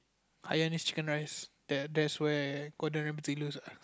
Hainanese Chicken Rice there that's where Gordon-Ramsay lose ah